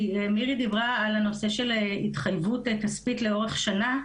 כי מירי דיברה על הנושא של התחייבות כספית לאורך שנה,